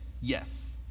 yes